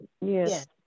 Yes